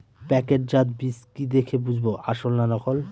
প্যাকেটজাত বীজ কি দেখে বুঝব আসল না নকল?